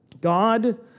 God